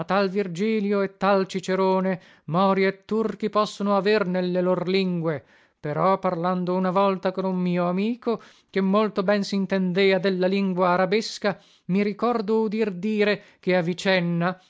virgilio e tal cicerone mori e turchi possono aver nelle lor lingue però parlando una volta con un mio amico che molto ben sintendea della lingua arabesca mi ricordo udir dire che avicenna